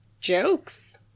Jokes